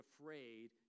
afraid